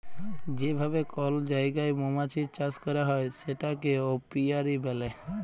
যে ভাবে কল জায়গায় মমাছির চাষ ক্যরা হ্যয় সেটাকে অপিয়ারী ব্যলে